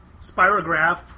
Spirograph